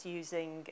using